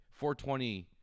420